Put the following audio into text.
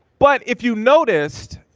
but if you noticed,